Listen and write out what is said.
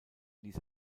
ließ